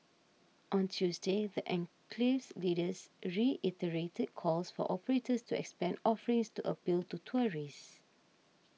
on Tuesday the enclave's leaders reiterated calls for operators to expand offerings to appeal to tourists